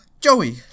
Joey